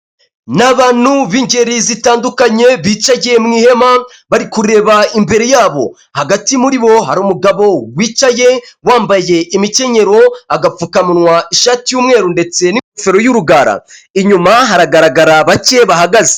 Ni abantu bingeri zitandukanye bicagiye mu ihema bari kureba imbere yabo, hagati muri bo hari umugabo wicaye wambaye imikenyero agapfukamunwa ishati y'umweru ndetse n'ingofero y'urugara inyuma haragaragara bake bahagaze.